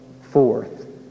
forth